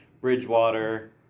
Bridgewater